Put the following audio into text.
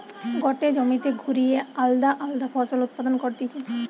গটে জমিতে ঘুরিয়ে আলদা আলদা ফসল উৎপাদন করতিছে